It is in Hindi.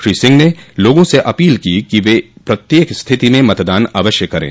श्री सिंह ने लोगों से अपील की कि वे प्रत्येक स्थिति मे मतदान अवश्य करें